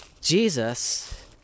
Jesus